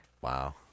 Wow